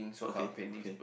okay okay